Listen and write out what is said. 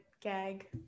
gag